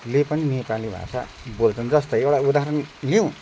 ले पनि नेपली भाषा बोल्छन् जस्तै एउटा उदाहरण लिउँ